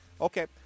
Okay